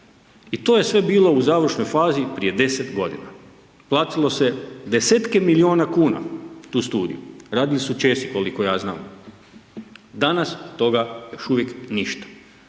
i to je sve bilo u završnoj fazi prije 10 godina. Platilo se desetke milijuna kuna tu studiju, radili su Česi koliko ja znam, danas od toga još uvijek ništa.